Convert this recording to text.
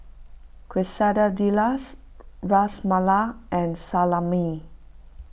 Quesadillas Ras Malai and Salami